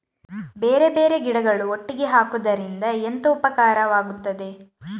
ಬೇರೆ ಬೇರೆ ಗಿಡಗಳು ಒಟ್ಟಿಗೆ ಹಾಕುದರಿಂದ ಎಂತ ಉಪಕಾರವಾಗುತ್ತದೆ?